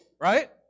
right